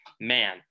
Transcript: man